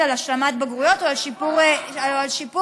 על השלמת בגרויות או על שיפור ציונים.